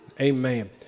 Amen